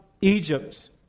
Egypt